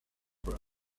proof